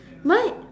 mine